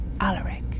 Alaric